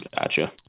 Gotcha